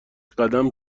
قدم